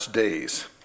days